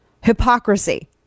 hypocrisy